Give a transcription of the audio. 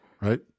right